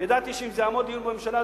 ידעתי שאם זה יעמוד לדיון בממשלה,